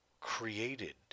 created